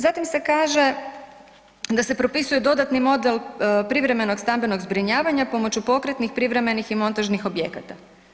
Zatim se kaže da se propisuje dodatni model privremenog stambenog zbrinjavanja pomoću pokretnih privremenih i montažnih objekata.